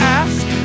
ask